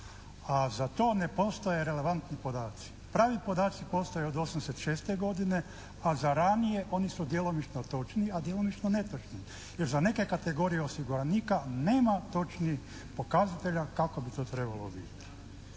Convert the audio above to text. a za to ne postoje relevantni podaci. Pravi podaci postoje od '86. godine a za ranije oni su djelomično točni a djelomično netočni jer za neke kategorije osiguranika nema točnih pokazatelja kako bi to trebalo biti.